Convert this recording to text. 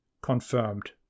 Confirmed